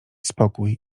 spokój